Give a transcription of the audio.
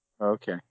Okay